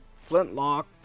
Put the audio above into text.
flintlock